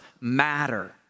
matter